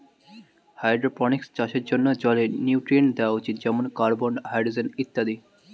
hydroponics চাষের জন্যে জলে নিউট্রিয়েন্টস দেওয়া উচিত যেমন কার্বন, হাইড্রোজেন ইত্যাদি